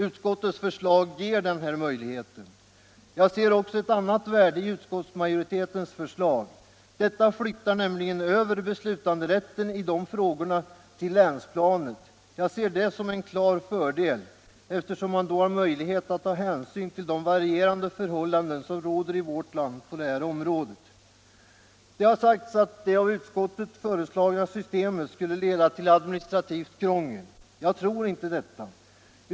Utskottets förslag ger denna möjlighet. Jag ser också ett annat värde i utskottsmajoritetens förslag. Detta flyttar nämligen över beslutanderätten i de här frågorna till länsplanet. Jag ser det som en klar fördel, eftersom man då har möjlighet att ta hänsyn till de varierande förhållanden som råder i vårt land på det här området. Det har sagts att det av utskottet föreslagna systemet skulle leda till administrativt krångel. Jag tror inte det.